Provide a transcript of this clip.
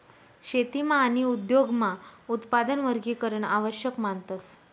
शेतीमा आणि उद्योगमा उत्पादन वर्गीकरण आवश्यक मानतस